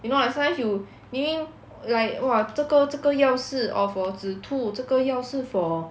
you know like sometimes you 明明 like !wah! 这个这个药是 oh for 止吐这个药是 for